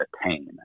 attain